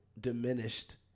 diminished